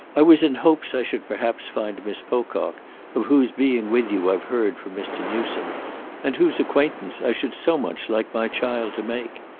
i was in hopes i should perhaps find miss pocock, of whose being with you i've heard from mr. newsome and whose acquaintance i should so much like my child to make.